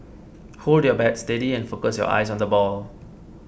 hold your bat steady and focus your eyes on the ball